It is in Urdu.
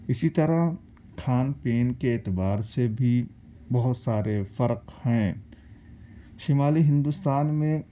اسی طرح کھان پین کے اعتبار سے بھی بہت سارے فرق ہیں شمالی ہندوستان میں